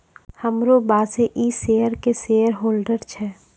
हमरो बॉसे इ शेयर के शेयरहोल्डर छै